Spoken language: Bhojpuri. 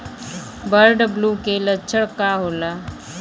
बर्ड फ्लू के लक्षण का होला?